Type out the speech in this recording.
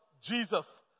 Jesus